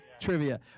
Trivia